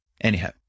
Anyhow